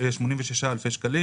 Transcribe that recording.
- 257,086 אלפי ש״ח.